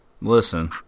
Listen